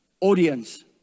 Audience